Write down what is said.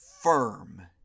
firm